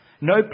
No